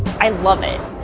i love it.